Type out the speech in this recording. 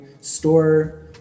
store